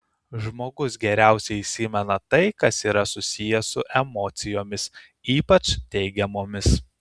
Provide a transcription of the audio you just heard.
žmogus geriausiai įsimena tai kas yra susiję su emocijomis ypač teigiamomis